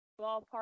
ballpark